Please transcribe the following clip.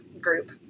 group